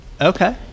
Okay